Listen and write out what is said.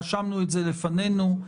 רשמנו את זה לפנינו.